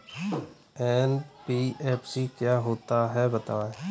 NBFC क्या होता है बताएँ?